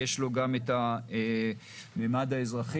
יש לו גם הממד האזרחי,